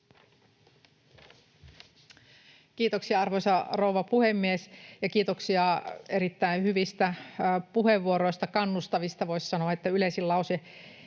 Kiitoksia, arvoisa rouva puhemies! Ja kiitoksia erittäin hyvistä ja, voisi sanoa, kannustavista puheenvuoroista: yleisin lause,